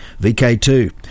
VK2